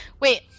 Wait